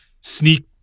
sneak